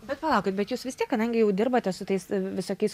bet palaukit bet jūs vis tiek kadangi jau dirbate su tais visokiais